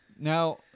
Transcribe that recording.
Now